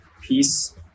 peace